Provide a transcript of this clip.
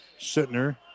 Sittner